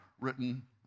written